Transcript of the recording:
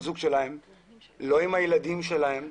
לא עם הילדים שלהם,